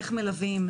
איך מלווים,